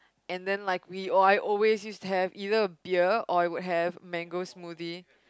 and then like we oh I always used to have either beer or I would have mango smoothie